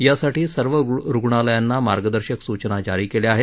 यासाठी सर्व रुग्णालयांना मार्गदर्शक सूचना जारी केल्या आहेत